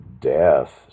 death